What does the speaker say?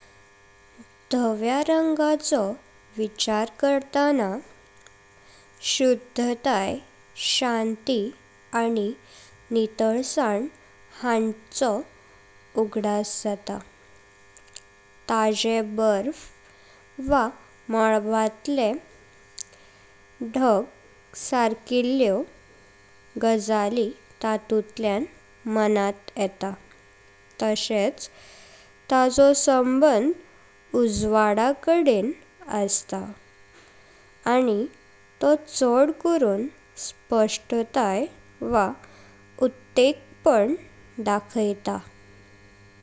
﻿धाव्या रंगाचो विचार करताना शुद्धतय, शांती आनी नितळसां हांचो उगदास जाता। ताजे बर्फ, वा मलबांतले धग सर्किल्ल्यो गजाली तातोंतल्या मनांत येतात। तशेच ताचो संबंध उजवाडा कडन अस्त आनी तों चड करून स्पष्ठतय वा उक्तेपन दाखयता।